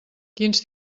quins